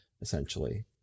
essentially